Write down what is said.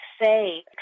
say